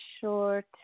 short